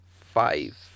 five